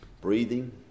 Breathing